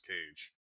Cage